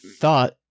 thought